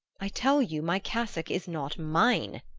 i tell you my cassock is not mine,